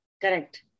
Correct